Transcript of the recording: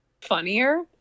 funnier